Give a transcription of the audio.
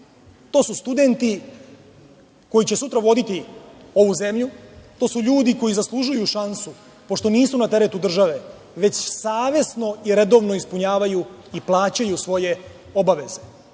To su studenti koji će sutra voditi ovu zemlju. To su ljudi koji zaslužuju šansu, pošto nisu na teretu države, već savesno i redovno ispunjavaju i plaćaju svoje obaveze.